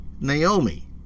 Naomi